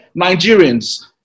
Nigerians